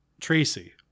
Tracy